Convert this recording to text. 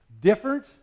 Different